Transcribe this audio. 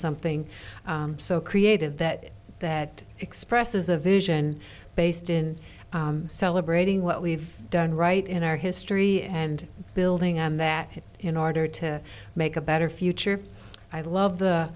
something so creative that that expresses a vision based in celebrating what we've done right in our history and building on that in order to make a better future i love the